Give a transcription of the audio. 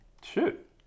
Shoot